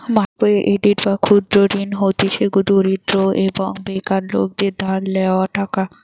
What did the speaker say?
micro credit বা ক্ষুদ্র ঋণ হতিছে দরিদ্র এবং বেকার লোকদের ধার লেওয়া টাকা